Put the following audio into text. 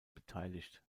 beteiligt